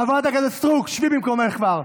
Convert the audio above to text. חברת הכנסת סטרוק, שבי במקומך כבר.